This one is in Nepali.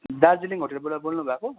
दार्जिलिङ होटलबाट बोल्नु भएको